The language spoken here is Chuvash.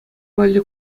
валли